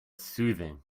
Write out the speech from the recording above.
soothing